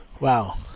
Wow